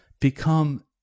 become